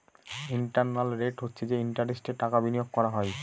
internal rate হচ্ছে যে ইন্টারেস্টে টাকা বিনিয়োগ করা হয়